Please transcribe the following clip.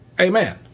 Amen